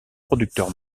producteur